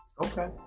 Okay